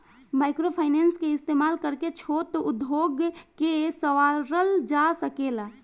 microfinance के इस्तमाल करके छोट उद्योग के सवारल जा सकेला